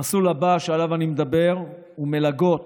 המסלול הבא שעליו אני מדבר הוא מלגות